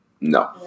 No